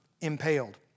impaled